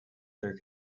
there